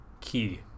key